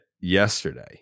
yesterday